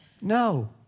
No